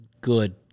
good